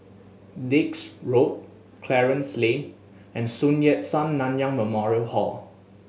Dix Road Clarence Lane and Sun Yat Sen Nanyang Memorial Hall